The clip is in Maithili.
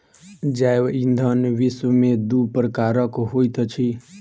जैव ईंधन विश्व में दू प्रकारक होइत अछि